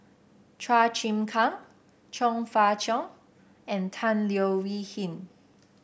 Chua Chim Kang Chong Fah Cheong and Tan Leo Wee Hin